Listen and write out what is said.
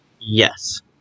Yes